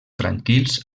tranquils